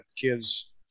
kids